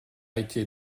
été